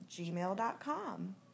gmail.com